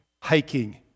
hiking